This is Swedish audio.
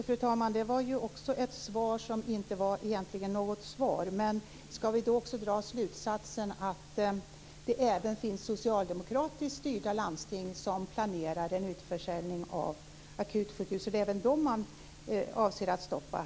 Fru talman! Det var också ett svar som egentligen inte var något svar. Ska vi då dra slutsatsen att det även finns socialdemokratiskt styrda landsting som planerar en utförsäljning av akutsjukhus och att det är dem man avser att stoppa?